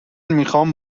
میخوام